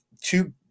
two